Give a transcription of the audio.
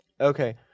Okay